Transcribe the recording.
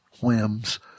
whims